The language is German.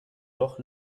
doch